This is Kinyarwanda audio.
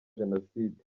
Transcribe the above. jenoside